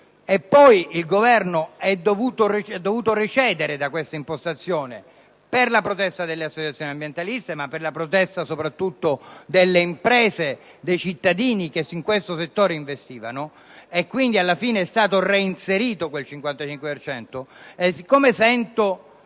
poi il Governo ha dovuto recedere da quell'impostazione per la protesta delle associazioni ambientaliste, ma soprattutto delle imprese e dei cittadini, che in questo settore investivano, e quindi alla fine quel 55